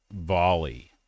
Volley